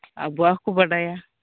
ᱟᱵᱚᱣᱟᱜ ᱦᱚᱸ ᱠᱚ ᱵᱟᱰᱟᱭᱟ